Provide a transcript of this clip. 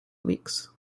weeks